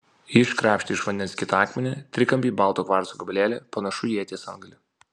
ji iškrapštė iš vandens kitą akmenį trikampį balto kvarco gabalėlį panašų į ieties antgalį